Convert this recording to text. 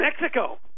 Mexico